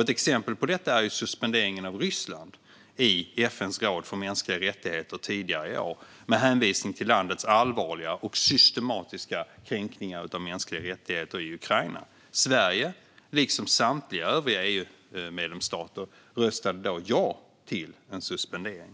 Ett exempel på detta är ju suspenderingen av Ryssland i FN:s råd för mänskliga rättigheter tidigare i år, med hänvisning till landets allvarliga och systematiska kränkningar av mänskliga rättigheter i Ukraina. Sverige, liksom samtliga övriga EU-medlemsstater, röstade då ja till en suspendering.